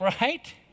right